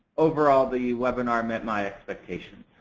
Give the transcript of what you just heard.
overall the webinar met my expectations.